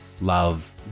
love